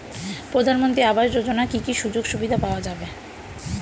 প্রধানমন্ত্রী আবাস যোজনা কি কি সুযোগ সুবিধা পাওয়া যাবে?